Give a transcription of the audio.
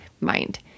mind